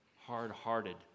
hard-hearted